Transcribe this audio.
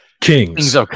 Kings